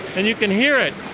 and you can hear it.